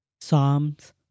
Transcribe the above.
Psalms